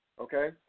Okay